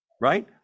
right